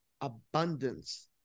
abundance